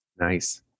nice